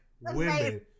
women